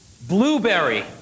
Blueberry